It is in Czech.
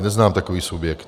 Neznám takový subjekt.